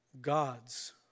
God's